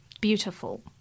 beautiful